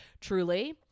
truly